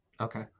Okay